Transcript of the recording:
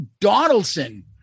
Donaldson